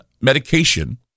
medication